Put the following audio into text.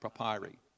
papyri